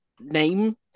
name